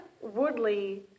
Woodley